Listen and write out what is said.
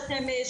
מהנתונים,